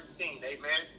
Amen